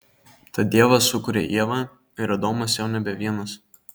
tad dievas sukuria ievą ir adomas jau nebe vienas